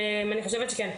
אני חושבת שכן.